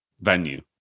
venue